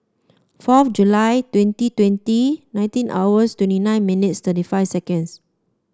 fourth July twenty twenty nineteen hours twenty nine minutes thirty five seconds